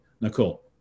Nicole